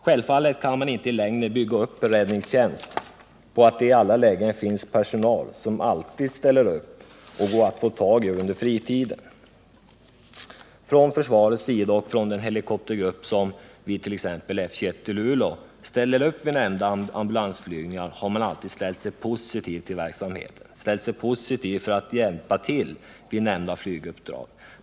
Självfallet kan man inte i längden bygga upp en räddningstjänst på att det i alla lägen finns personal som alltid ställer upp och som det går att få tag på under fritiden. Försvaret och den helikoptergrupp — vid t.ex. F 21 i Luleå - som ställer upp vid nämnda ambulansflygningar har alltid ställt sig positiva till att hjälpa till vid sådana flyguppdrag.